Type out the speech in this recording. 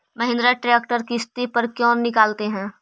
Mahindra tractor किसति पर क्यों निकालते हैं?